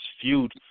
feud